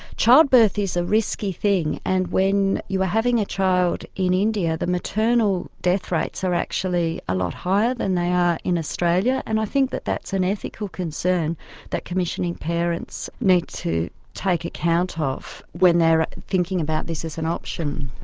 childbirth is a risky thing, and when you are having a child in india, the maternal death rates are actually a lot higher than they are in australia, and i think that that's an ethical concern that commissioning parents need to take account ah of when they're thinking about this as an option.